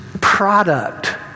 product